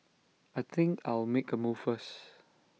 I think I'll make A move first